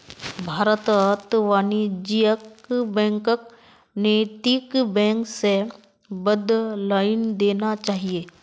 भारतत वाणिज्यिक बैंकक नैतिक बैंक स बदलइ देना चाहिए